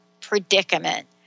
predicament